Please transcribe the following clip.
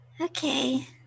okay